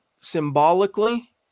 symbolically